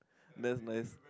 that's nice